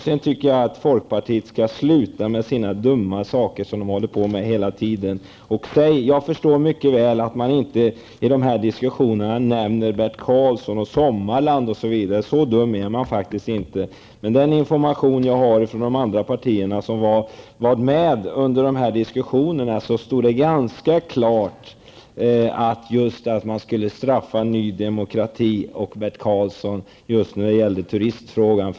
Jag tycker att folkpartiet skall sluta med alla de dumma saker som de håller på med hela tiden. Jag förstår mycket väl att man i dessa diskussioner inte nämner Bert Karlsson och Sommarland osv. Så dum är jag faktiskt inte. Men med den information jag har fått från de andra partierna som var med under dessa diskussioner, står det ganska klart att just Ny Demokrati och Bert Karlsson skulle straffas när det gäller turistfrågan.